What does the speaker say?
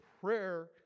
prayer